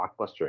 blockbuster